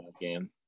game